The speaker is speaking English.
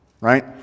right